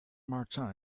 martin